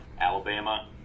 Alabama